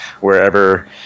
wherever